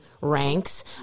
ranks